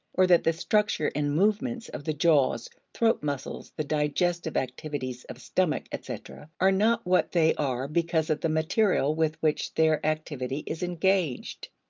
or that the structure and movements of the jaws, throat muscles, the digestive activities of stomach, etc, are not what they are because of the material with which their activity is engaged.